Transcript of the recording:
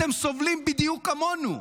אתם סובלים בדיוק כמונו.